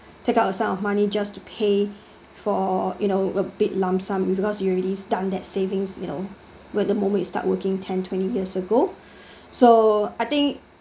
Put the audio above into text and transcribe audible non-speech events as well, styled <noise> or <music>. take out a sum of money just to pay for you know a big lump sum you because you already done that savings you know when the moment start working ten twenty years ago <breath> so I think